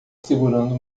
segurando